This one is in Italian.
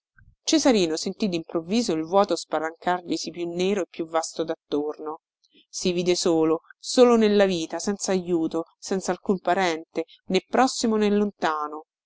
cesarino sentì dimprovviso il vuoto spalancarglisi più nero e più vasto dattorno si vide solo solo nella vita senzajuto senzalcun parente né prossimo né lontano